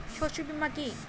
শস্য বীমা কি?